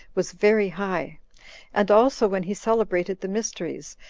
was very high and also when he celebrated the mysteries,